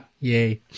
Yay